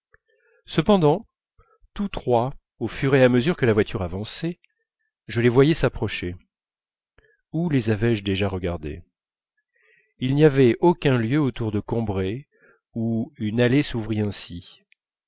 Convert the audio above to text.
cependant tous trois au fur et à mesure que la voiture avançait je les voyais s'approcher où les avais-je déjà regardés il n'y avait aucun lieu autour de combray où une allée s'ouvrît ainsi